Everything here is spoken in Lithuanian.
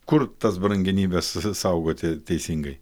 kur tas brangenybes saugoti teisingai